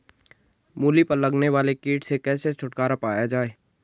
मूली पर लगने वाले कीट से कैसे छुटकारा पाया जाये?